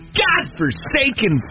godforsaken